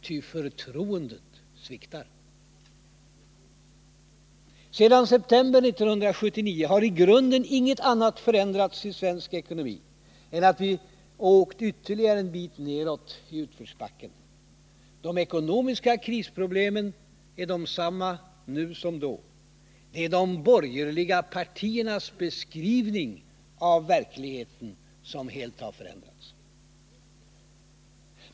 Ty förtroendet sviktar. Sedan september 1979 har i grunden inget annat förändrats i svensk ekonomi än att vi har åkt ytterligare en bit nedåt i utförsbacken. De ekonomiska krisproblemen är desamma nu som då. Det är de borgerliga partiernas beskrivning av verkligheten som helt har förändrats.